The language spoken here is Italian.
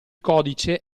codice